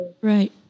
Right